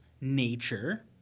nature